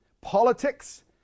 politics